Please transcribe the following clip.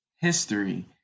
history